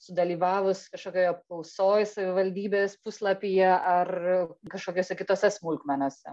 sudalyvavus kažkokioj apklausoj savivaldybės puslapyje ar kažkokiose kitose smulkmenose